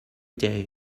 day